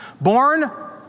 born